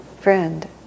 friend